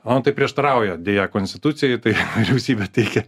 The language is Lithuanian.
man tai prieštarauja deja konstitucijai tai vyriausybė teikia